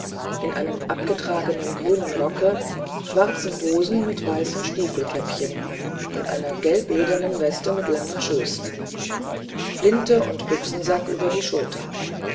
in einem abgetragenen grünen rocke schwarzen hosen mit weißen stiefelkäppchen und einer gelbledernen weste mit langen schößen flinte und büchsensack über der schulter